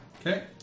Okay